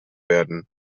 werden